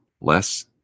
less